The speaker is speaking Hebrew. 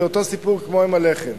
זה אותו סיפור כמו עם הלחם.